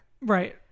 Right